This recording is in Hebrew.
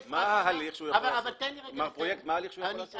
מר פרויקט, מה ההליך שהוא יכול לעשות?